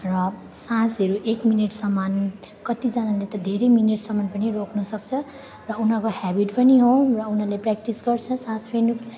र सासहरू एक मिनेटसम्म कतिजनाले त धेरै मिनटसम्म पनि रोक्न सक्छ र उनीहरूको हेबिट पनि हो र उनीहरूले प्र्याक्टिस गर्छ सास फेर्नुको लागि